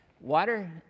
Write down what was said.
water